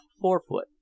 forefoot